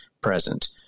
present